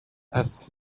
asked